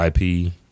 IP